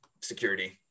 security